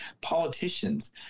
politicians